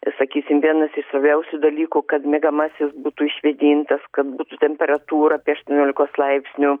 sakysim vienas iš svarbiausių dalykų kad miegamasis būtų išvėdintas kad būtų temperatūra apie aštuoniolikos laipsnių